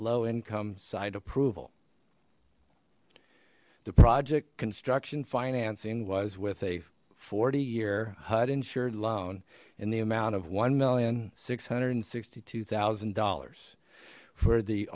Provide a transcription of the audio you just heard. low income site approval the project construction financing was with a forty year hud insured loan in the amount of one million six hundred and sixty two thousand dollars for the